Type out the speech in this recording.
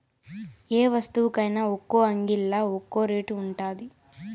యే వస్తువుకైన ఒక్కో అంగిల్లా ఒక్కో రేటు ఉండాది